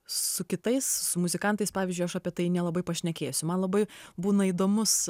su kitais muzikantais pavyzdžiui aš apie tai nelabai pašnekėsiu man labai būna įdomus